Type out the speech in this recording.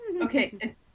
Okay